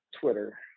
Twitter